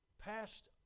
passed